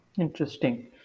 Interesting